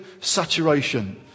saturation